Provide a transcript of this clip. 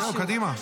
זהו, קדימה.